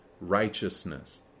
righteousness